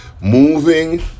Moving